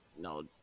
no